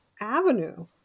avenue